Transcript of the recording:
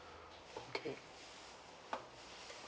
okay